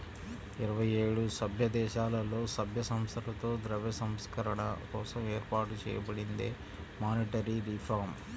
ఇరవై ఏడు సభ్యదేశాలలో, సభ్య సంస్థలతో ద్రవ్య సంస్కరణల కోసం ఏర్పాటు చేయబడిందే మానిటరీ రిఫార్మ్